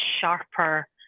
sharper